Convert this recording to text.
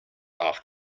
off